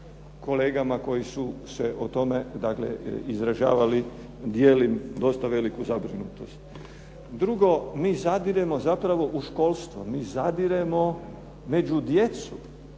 kolegama koji su se o tome dakle izražavali, dijelim dosta veliku zabrinutost. Drugo, mi zadiremo zapravo u školstvo, mi zadiremo među djecu